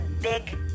big